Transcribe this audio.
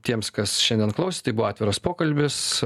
tiems kas šiandien klausė tai buvo atviras pokalbis